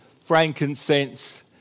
frankincense